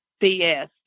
BS